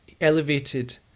elevated